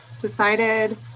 decided